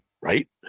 right